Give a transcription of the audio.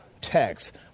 text